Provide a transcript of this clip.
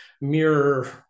mirror